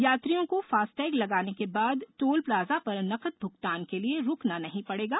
यात्रियों को फास्टैग लगाने के बाद टोल प्लाजा पर नकद भुगतान के लिए रूकना नहीं पड़ेगा